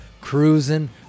cruising